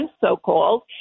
so-called